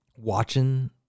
Watching